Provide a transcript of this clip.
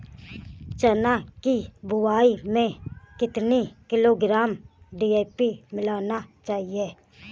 चना की बुवाई में कितनी किलोग्राम डी.ए.पी मिलाना चाहिए?